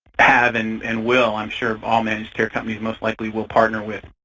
have and and will, i'm sure, all managed care companies most likely will partner with